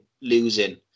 losing